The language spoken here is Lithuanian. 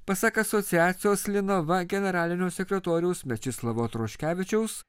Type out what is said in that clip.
pasak asociacijos linava generalinio sekretoriaus mečislovo atroškevičiaus